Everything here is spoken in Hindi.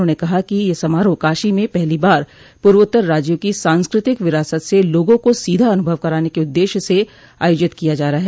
उन्होंने कहा कि यह समारोह काशी में पहली बार पूर्वोत्तर राज्यों की सांस्कृतिक विरासत से लोगों को सीधा अनुभव कराने के उद्देश्य से आयोजित किया जा रहा है